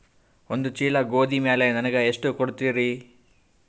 ಒಂದ ಚೀಲ ಗೋಧಿ ಮ್ಯಾಲ ನನಗ ಎಷ್ಟ ಕೊಡತೀರಿ?